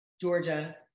Georgia